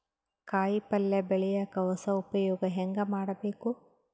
ಕಾಯಿ ಪಲ್ಯ ಬೆಳಿಯಕ ಹೊಸ ಉಪಯೊಗ ಹೆಂಗ ಮಾಡಬೇಕು?